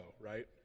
right